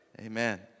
Amen